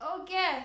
Okay